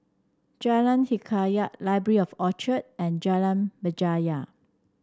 Jalan Hikayat Library at Orchard and Jalan Berjaya